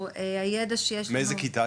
הידע שיש לנו --- מאיזה כיתה?